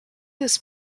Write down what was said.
was